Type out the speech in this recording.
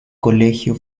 colegio